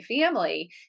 family